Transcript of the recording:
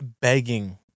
begging